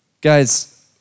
Guys